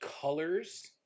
colors